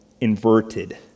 inverted